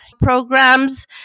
programs